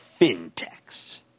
fintechs